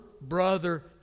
brother